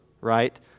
right